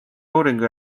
uuringu